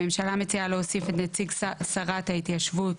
הממשלה מציעה להוסיף את נציג שרת ההתיישבות